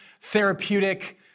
therapeutic